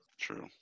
True